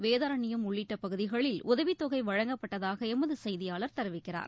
வேதாரண்யம் உள்ளிட்டபகுதிகளில் உதவித் தொகைவழங்கப்பட்டதாகளமதுசெய்தியாளர் தெரிவிக்கிறார்